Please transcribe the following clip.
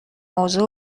موضوع